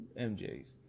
MJs